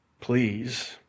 please